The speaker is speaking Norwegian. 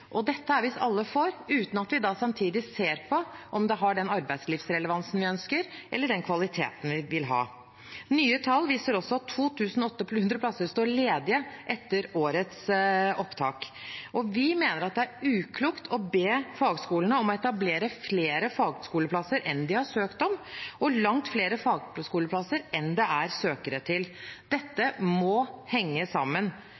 Dette er visst alle for, uten at vi da samtidig ser på om de har den arbeidslivsrelevansen vi ønsker, eller den kvaliteten vi vil ha. Nye tall viser også at 2 800 plasser står ledige etter årets opptak. Vi mener det er uklokt å be fagskolene om å etablere flere fagskoleplasser enn de har søkt om, og langt flere fagskoleplasser enn det er søkere til. Dette må henge sammen,